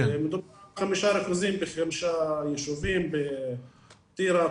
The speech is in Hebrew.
חמישה ריכוזים בחמישה יישובים בטירה,